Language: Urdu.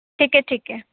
ٹھیک ہے ٹھیک ہے